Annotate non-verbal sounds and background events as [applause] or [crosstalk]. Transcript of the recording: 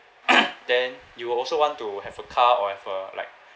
[noise] then you will also want to have a car or have a like